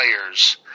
players